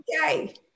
okay